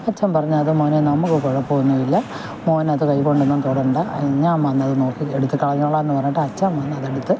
അച്ചൻ പറഞ്ഞു അത് മോനേ നമുക്ക് കുഴപ്പം ഒന്നുമില്ല മോനത് കൈ കൊണ്ടൊന്നും തൊടേണ്ട ഞാൻ വന്നത് നോക്കി എടുത്ത് കളഞ്ഞോളാം എന്ന് പറഞ്ഞിട്ട് അച്ചൻ വന്ന് അതെടുത്ത്